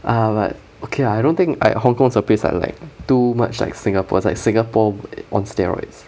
err but okay lah I don't think like hong kong is a place I like too much like singapore it's like singapore on steroids